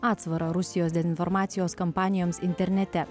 atsvara rusijos dezinformacijos kampanijoms internete